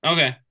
Okay